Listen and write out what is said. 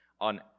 on